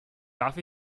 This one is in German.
darf